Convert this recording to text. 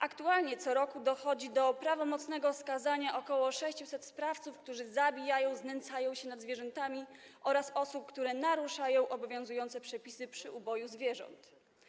Aktualnie co roku dochodzi do prawomocnego skazania ok. 600 sprawców, którzy zabijają zwierzęta, znęcają się nad nimi, oraz osób, które naruszają obowiązujące przepisy o uboju zwierząt.